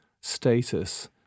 status